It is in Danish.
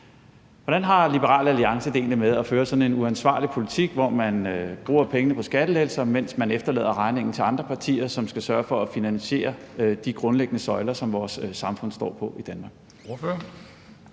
Hvordan har Liberal Alliance det egentlig med at føre sådan en uansvarlig politik, hvor man bruger pengene på skattelettelser, mens man efterlader regningen til andre partier, som skal sørge for at finansiere de grundlæggende søjler, som vores samfund står på i Danmark?